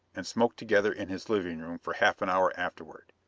and smoked together in his living room for half an hour afterward.